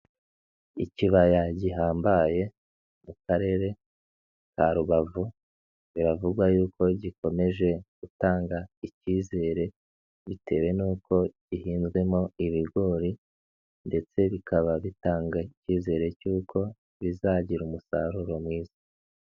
Ikibaya gihambaye mu karere ka Rubavu, biravugwa yuko gikomeje gutanga ikizere bitewe n'uko gihinzwemo ibigori ndetse bikaba bitanga icyizere cy'uko bizagira umusaruro mwiza.